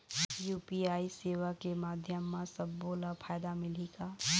UPI सेवा के माध्यम म सब्बो ला फायदा मिलही का?